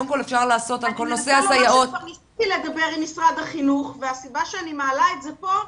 כבר ניסיתי לדבר עם משרד החינוך והסיבה שאני מעלה את זה פה,